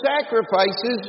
sacrifices